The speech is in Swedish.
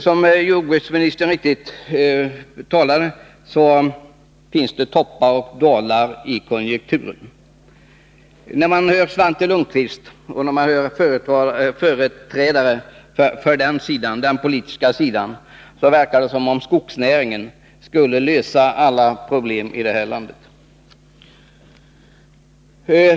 Som jordbruksministern mycket riktigt sade finns det toppar och dalar i konjunkturen. Men när man hör Svante Lundkvist och andra företrädare för den politiska sidan verkar det som om skogsnäringen skulle lösa alla problem i det här landet.